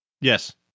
Yes